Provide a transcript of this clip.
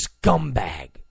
scumbag